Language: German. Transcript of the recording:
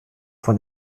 von